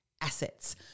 assets